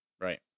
Right